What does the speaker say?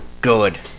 Good